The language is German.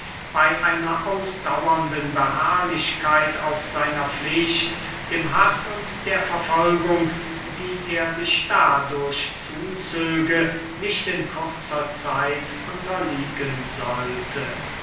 bey einer ausdauernden beharrlichkeit auf seiner pflicht dem haß und der verfolgung die er sich dadurch zuzöge nicht in kurzer zeit unterliegen sollte